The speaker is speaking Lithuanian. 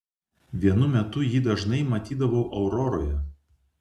vienu metu jį dažnai matydavau auroroje